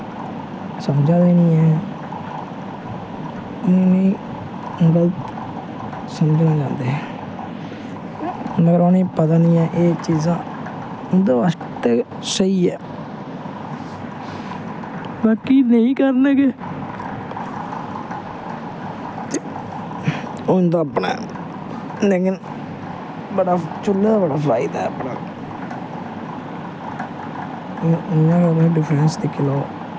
समझा दे निं हैन इ'नें गल्त समझन चांह्दे मगर इ'नें एह् पता निं ऐ एह् चीजां उं'दे आस्तै स्हेई ऐ बाकी नेईं करन गे ओह् उं'दा अपना ऐ लेकिन चूह्लें दा बड़ा फायदा ऐ हून इ'यां गै इं'दे च डिफरैंस दिक्खी लैओ